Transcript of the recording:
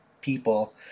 people